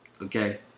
okay